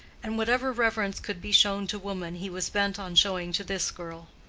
and whatever reverence could be shown to woman, he was bent on showing to this girl.